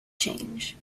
change